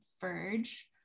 verge